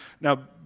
Now